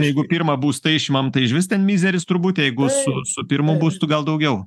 jeigu pirmą būstą išimam tai išvis ten mizeris turbūt jeigu su su pirmu būstu gal daugiau